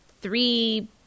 three